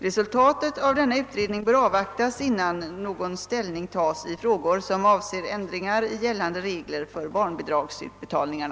Resultatet av denna utredning bör avvaktas innan någon ställning tas i frågor som avser ändringar i gällande regler för barnbidragsutbetalningarna.